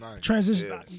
transition